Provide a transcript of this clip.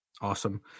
Awesome